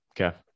Okay